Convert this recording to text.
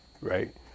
right